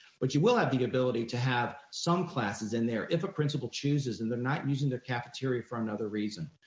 but you will have the ability to have some classes in there if a principal chooses and they're not using the cafeteria for another reason.